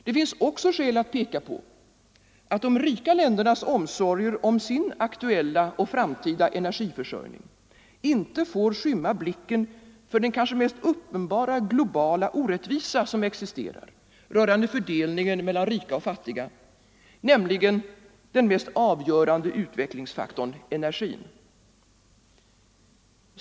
Det finns också skäl att peka på att de rika ländernas omsorger om sin aktuella och framtida energiförsörjning inte får skymma blicken för den kanske mest uppenbara globala orättvisa som existerar rörande fördelningen mellan rika och fattiga, nämligen den mest avgörande utvecklingsfaktorn energin.